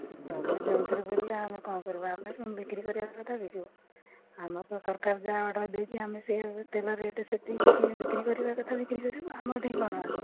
ତୁମେ ଯେଉଁଥିରେ ବୁଲିଲେ ଆମେ କ'ଣ କରିବୁ ଆମେ ବିକ୍ରି କରିବା କଥା ବିକିବୁ ଆମର ତ ସରକାର ଯାହା ଅର୍ଡ଼ର ଦେଇଛି ଆମେ ସେ ତେଲ ରେଟ୍ ସେତିକି ବିକ୍ରି କରିବା କଥା ବିକ୍ରି କରିବୁ ଆମଠି କ'ଣ ଅଛି